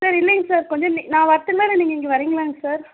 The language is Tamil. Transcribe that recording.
சார் இல்லைங்க சார் கொஞ்சம் நீ நான் வர்ட்டுங்களா இல்லை நீங்கள் இங்கே வர்றீங்களாங்க சார்